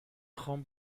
خوام